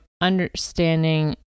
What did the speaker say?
understanding